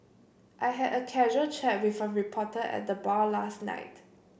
I had a casual chat with a reporter at the bar last night